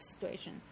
situation